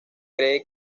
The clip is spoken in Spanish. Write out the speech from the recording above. cree